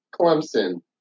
Clemson